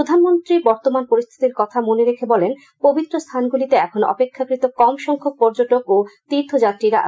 প্রধানমন্ত্রী বর্তমান পরিস্থিতির কথা মনে রেখে বলেন পবিত্র স্থানগুলিতে এখন অপেক্ষাকৃত কম সংখ্যক পর্যটক ও ত্তীর্থযাত্রীরা আসছেন